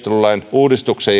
uudistuksen